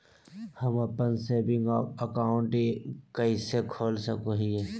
हम अप्पन saving account कइसे खोल सको हियै?